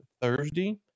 Thursday